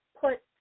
put